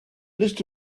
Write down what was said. list